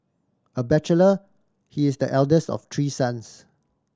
a bachelor he is the eldest of three sons